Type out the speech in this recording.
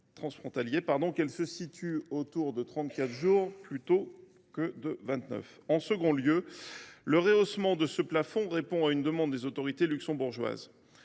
transfrontaliers qu’elle se situe autour de 34 jours plutôt que de 29 jours. En second lieu, le rehaussement de ce plafond répond à une demande des autorités luxembourgeoises.